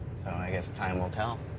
i guess time will tell.